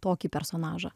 tokį personažą